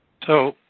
so,